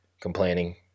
complaining